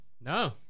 No